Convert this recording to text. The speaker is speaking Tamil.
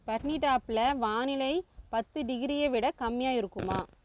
பட்னிடாபில் வானிலை பத்து டிகிரியை விட கம்மியாக இருக்குமா